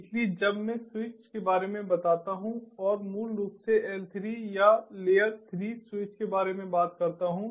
इसलिए जब मैं स्विच के बारे में बताता हूं और मूल रूप से L3 या लेयर 3 स्विच के बारे में बात करता हूं